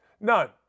None